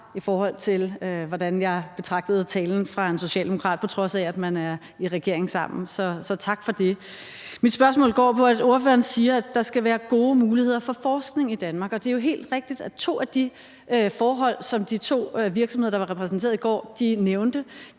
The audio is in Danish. i forhold til hvordan jeg betragtede talen fra en socialdemokrat, på trods af at man er i regering sammen. Så tak for det. Mit spørgsmål går på, at ordføreren siger, at der skal være gode muligheder for forskning i Danmark. Det er jo helt rigtigt, at to af de forhold, som de to virksomheder, der var repræsenteret i går, nævnte,